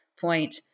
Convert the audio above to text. point